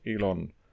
Elon